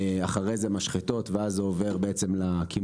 אחרי זה את המשחטות ואז זה עובר לקמעונאים,